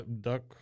duck